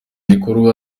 gikorwa